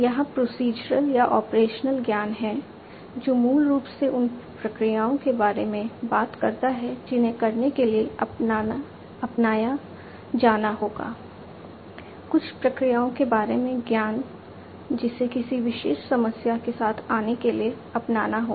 यहां प्रोसीजरल ज्ञान है जो मूल रूप से उन प्रक्रियाओं के बारे में बात करता है जिन्हें करने के लिए अपनाया जाना होगा कुछ प्रक्रियाओं के बारे में ज्ञान जिसे किसी विशेष समस्या के साथ आने के लिए अपनाना होगा